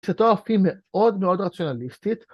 ‫שאותה הופכים מאוד מאוד רציונליסטית.